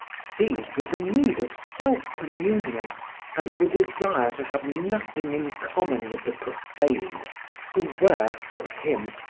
seized with the need of self-communion and with a desire to have nothing in common with the profane who were, for him,